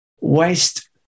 waste